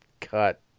cut